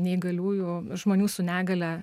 neįgaliųjų žmonių su negalia